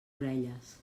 orelles